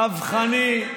צווחני,